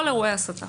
כל אירועי ההסתה.